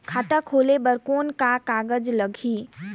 खाता खोले बर कौन का कागज लगही?